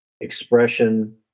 expression